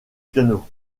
piano